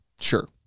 Sure